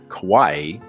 Kauai